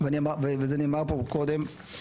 וזה נאמר פה קודם,